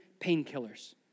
painkillers